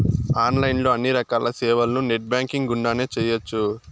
online లో అన్ని రకాల సేవలను నెట్ బ్యాంకింగ్ గుండానే చేయ్యొచ్చు